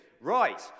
Right